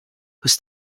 whose